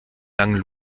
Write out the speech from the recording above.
langen